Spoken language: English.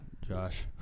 Josh